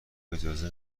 اجازه